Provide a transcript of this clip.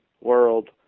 world